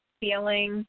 feeling